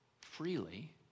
freely